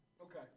Okay